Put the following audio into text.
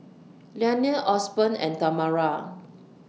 Liane Osborn and Tamara